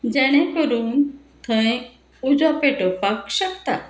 जेणे करून थंय उजो पेटोवपाक शकता